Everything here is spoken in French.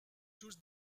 tous